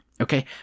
Okay